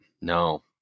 No